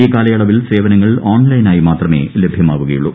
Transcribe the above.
ഈ കാലയളവിൽ സേവനങ്ങൾ ഓൺലൈനായി മാത്രമേ ലഭ്യമാവുകയുള്ളൂ